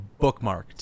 Bookmarked